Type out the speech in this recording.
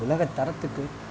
உலக தரத்திற்கு